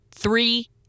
Three